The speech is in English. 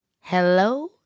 Hello